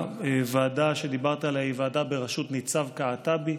הוועדה שדיברת עליה היא ועדה בראשות ניצב קעטבי.